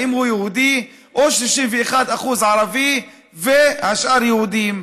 האם הוא יהודי או ש-61% ערבי והשאר יהודים?